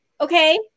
Okay